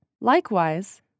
Likewise